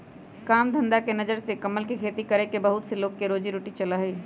काम धंधा के नजर से कमल के खेती करके बहुत से लोग के रोजी रोटी चला हई